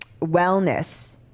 wellness